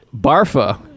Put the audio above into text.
Barfa